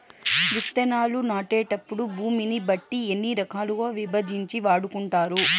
విత్తనాలు నాటేటప్పుడు భూమిని బట్టి ఎన్ని రకాలుగా విభజించి వాడుకుంటారు?